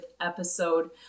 episode